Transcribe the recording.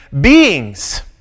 beings